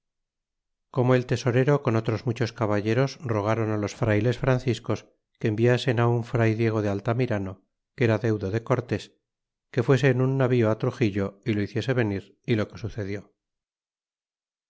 como el tesorero con otros muchos caballeros rogron los frayles franciscos que enviasen un fray diego de altamirano que era deudo de cortés que fuese en un navio truxiilo y lo hiciese venir y lo que sucedió